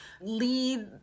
lead